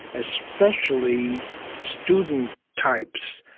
especially student types,